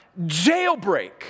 jailbreak